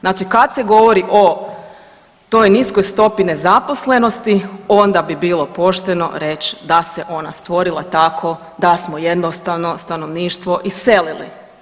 Znači kad se govori o toj niskoj stopi nezaposlenosti, onda bi bilo pošteno reći da se ona stvorila tako da smo jednostavno stanovništvo iselili.